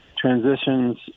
transitions